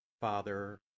Father